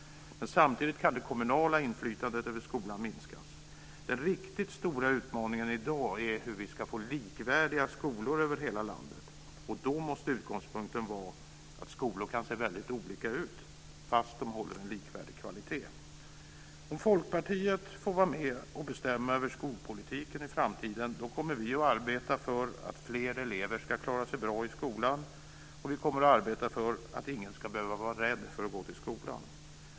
Samtidigt kan det kommunala inflytandet över skolan minskas. Den riktigt stora utmaningen i dag är att skapa likvärdiga skolor över hela landet. Då måste utgångspunkten vara att skolor kan se väldigt olika ut fast de håller en likvärdig kvalitet. Om Folkpartiet får vara med och bestämma över skolpolitiken i framtiden kommer vi att arbeta för att fler elever ska klara sig bra i skolan. Vi kommer också att arbeta för att ingen ska behöva vara rädd för att gå till skolan.